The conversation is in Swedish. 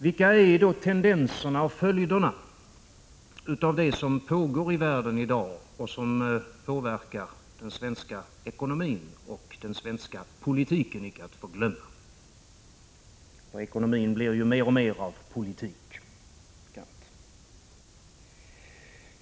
Vilka är då tendenserna i och följderna av det som pågår i världen i dag och som påverkar den svenska ekonomin och, icke att förglömma, den svenska | politiken? — ekonomin blir ju som bekant mer och mer av politik.